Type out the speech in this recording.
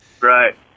Right